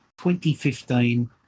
2015